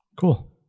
Cool